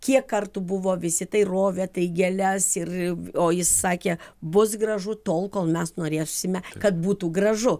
kiek kartų buvo visi tai rovė tai gėles ir o jis sakė bus gražu tol kol mes norėsime kad būtų gražu